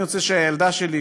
אני רוצה שהילדה שלי,